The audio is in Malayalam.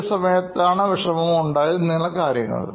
ഏത് സമയത്താണ് വിഷമം ഉണ്ടായത് ഇങ്ങനുള്ള കാര്യങ്ങൾ